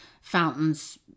fountains